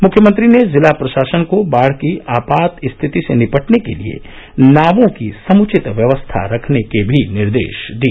मुख्यमंत्री ने जिला प्रशासन को बाढ़ की आपात स्थिति से निपटने के लिए नावों की समुचित व्यवस्था रखने के भी निर्देश दिए